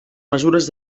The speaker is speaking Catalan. mesures